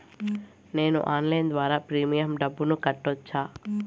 నేను ఆన్లైన్ ద్వారా ప్రీమియం డబ్బును కట్టొచ్చా?